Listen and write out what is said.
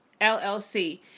LLC